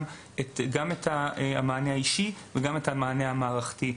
גם את המענה האישי וגם את המענה המערכתי.